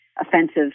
offensive